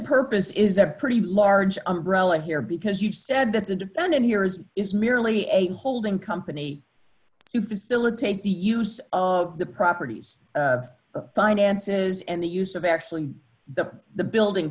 purpose is a pretty large umbrella here because you've said that the defendant here is is merely a holding company to facilitate the use of the properties of finances and the use of actually the the building